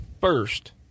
first